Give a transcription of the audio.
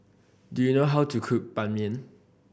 do you know how to cook Ban Mian